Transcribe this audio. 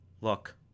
Look